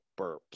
burps